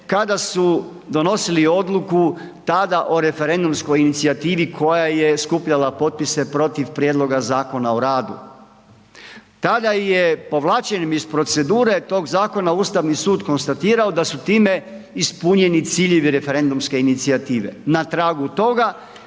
kada su donosili odluku tada o referendumskoj inicijativi koja je skupljala potpise protiv prijedloga Zakona o radu, tada je povlačenjem iz procedure tog zakona, Ustavni sud konstatirao da su time ispunjeni ciljevi referendumske inicijative. Na tragu toga